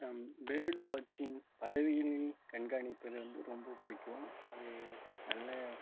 bird watching பறவைகளை கண்காணிப்பது வந்து ரொம்ப பிடிக்கும் அது நல்ல